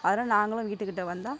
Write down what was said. அதனால நாங்களும் வீட்டுக்கிட்ட வந்தால்